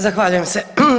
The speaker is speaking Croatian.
Zahvaljujem se.